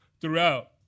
throughout